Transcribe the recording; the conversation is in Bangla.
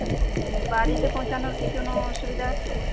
বাড়িতে পৌঁছানোর কি কোনোও সুবিধা আছে